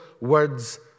words